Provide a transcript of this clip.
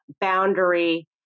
boundary